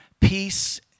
peace